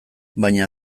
baina